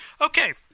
Okay